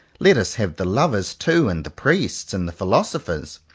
let us have the lover's, too and the priest's, and the philosopher's.